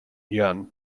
yuan